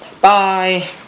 Bye